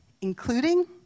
including